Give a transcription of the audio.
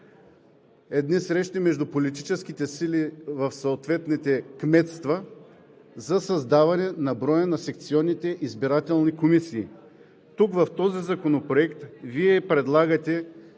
срещи между политическите сили в съответните кметства за създаване на броя на секционните избирателни комисии. В този законопроект Вие предлагате